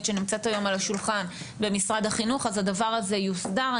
שנמצאת היום על השולחן במשרד החינוך אז הדבר הזה יוסדר.